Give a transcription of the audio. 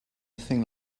thing